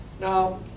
Now